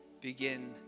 begin